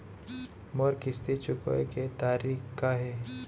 मोर किस्ती चुकोय के तारीक का हे?